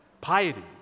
piety